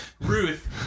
Ruth